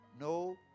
no